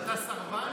אתה סרבן?